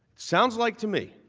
sounds like to me,